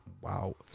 wow